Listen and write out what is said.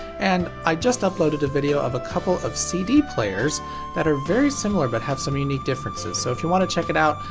and i just uploaded a video of a couple of cd players that are very similar but have some unique differences. so if you want to check if out,